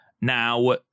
Now